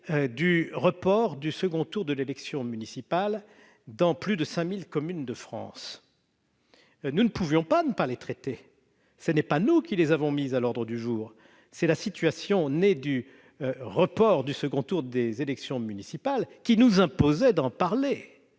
du report du second tour de l'élection municipale dans plus de 5 000 communes de France. Nous ne pouvions pas ne pas les traiter. Ce n'est pas nous qui les avons inscrites à l'ordre du jour : c'est la situation née du report du second tour des élections municipales qui nous imposait d'en parler.